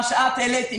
מה שחברת הכנסת העלתה,